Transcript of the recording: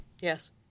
Yes